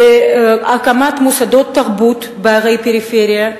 להקמת מוסדות תרבות בערי פריפריה,